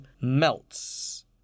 melts